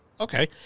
Okay